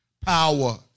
power